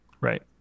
Right